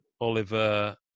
Oliver